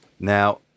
Now